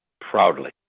proudly